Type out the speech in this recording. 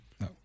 No